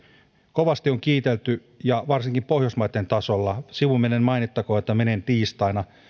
kovasti on kiitelty ja varsinkin pohjoismaitten tasolla sivumennen mainittakoon että menen tiistaina